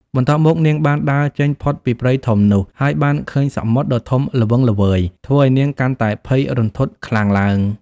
បន្ទាប់មក នាងបានដើរចេញផុតពីព្រៃធំនោះ ហើយបានឃើញសមុទ្រ ធំដ៏ល្វឹងល្វើយ ធ្វើឱ្យនាងកាន់តែភ័យរន្ធត់ខ្លាំងឡើង ។